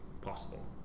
Possible